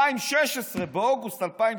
ב-2016, באוגוסט 2016,